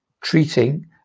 treating